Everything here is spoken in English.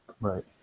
Right